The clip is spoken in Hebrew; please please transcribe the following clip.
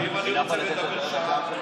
ואם אני רוצה לדבר שעה?